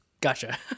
Gotcha